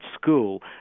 school